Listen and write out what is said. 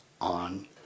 on